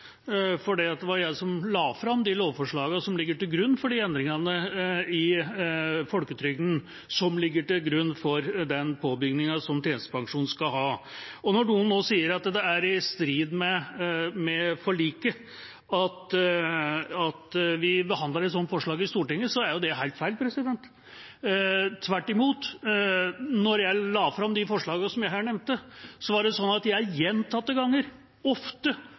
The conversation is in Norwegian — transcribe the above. det var jeg som la fram de lovforslagene som ligger til grunn for de endringene i folketrygden – som ligger til grunn for den påbyggingen som tjenestepensjonen skal ha. Når de nå sier at det er i strid med forliket at vi behandler et slikt forslag i Stortinget, er det helt feil. Tvert imot: Da jeg la fram de forslagene som jeg her nevnte, var jeg gjentatte ganger, ofte,